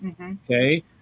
okay